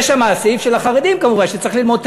יש שם סעיף של החרדים כמובן,